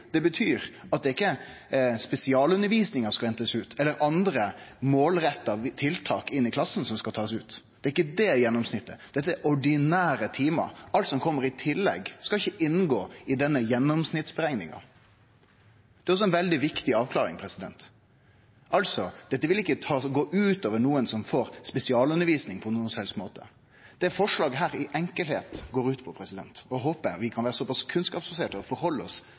Det betyr at det ikkje er spesialundervisning eller andre målretta tiltak i klassen som skal takast ut. Det er ikkje det gjennomsnittet. Dette er ordinære timar. Alt som kjem i tillegg, skal ikkje gå inn i denne gjennomsnittsberekninga. Det er også ei veldig viktig avklaring. Dette vil altså ikkje gå ut over nokon som får spesialundervisning, på nokon som helst måte. Det dette forslaget heilt enkelt går ut på – no håpar eg vi kan vere så kunnskapsbaserte at vi held oss